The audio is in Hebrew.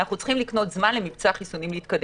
אנחנו צריכים לקנות זמן למבצע החיסונים שיתקדם.